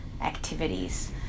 activities